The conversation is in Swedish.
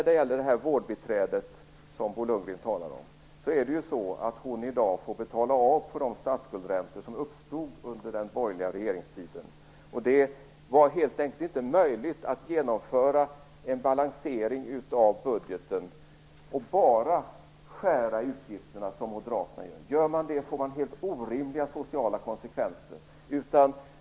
Det vårdbiträde Bo Lundgren talade om får i dag betala av på de statsskuldräntor som uppstod under den borgerliga regeringstiden. Det är helt enkelt inte möjligt att genomföra en balansering av budgeten och bara skära i utgifterna, som Moderaterna gör. Gör man det får man helt orimliga sociala konsekvenser.